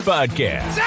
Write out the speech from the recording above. Podcast